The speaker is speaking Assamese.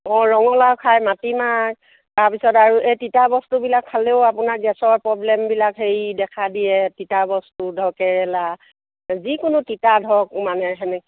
অঁ ৰঙালাও খায় মাটিমাৰ তাৰপিছত আৰু এই তিতা বস্তুবিলাক খালেও আপোনাৰ গেছৰ প্ৰব্লেমবিলাক হেৰি দেখা দিয়ে তিতা বস্তু ধৰক কেৰেলা যিকোনো তিতা ধৰক মানে সেনে